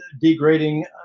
degrading